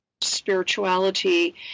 spirituality